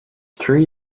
tree